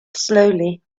slowly